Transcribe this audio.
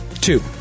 Two